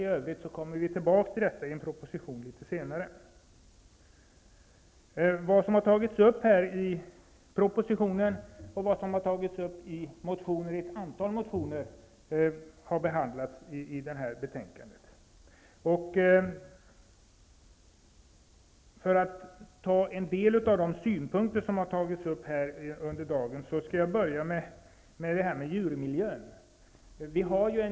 I övrigt kommer vi tillbaka till detta i en proposition litet senare. Det som har tagits upp i propositionen och i ett antal motioner har behandlats i betänkandet. Jag skall kommentera en del av de synpunkter som har tagits upp under dagens debatt, och jag börjar med frågan om djurmiljön.